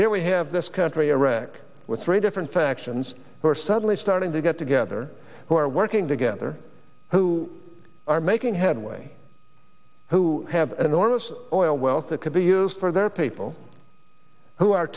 here we have this country iraq with three different factions who are suddenly starting to get together who are working together who are making headway who have an enormous oil wealth that could be used for their people who are